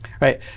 Right